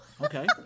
Okay